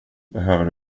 behöver